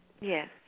Yes